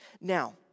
Now